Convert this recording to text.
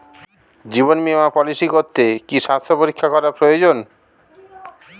জীবন বীমা পলিসি করতে কি স্বাস্থ্য পরীক্ষা করা প্রয়োজন?